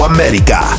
America